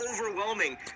overwhelming